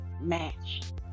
match